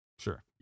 Sure